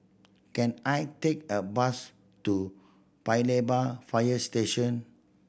can I take a bus to Paya Lebar Fire Station